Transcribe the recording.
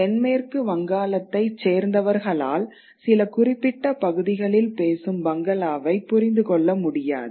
தென்மேற்கு வங்காளத்தைச் சேர்ந்தவர்களால் சில குறிப்பிட்ட பகுதிகளில் பேசும் பங்களாவை புரிந்து கொள்ள முடியாது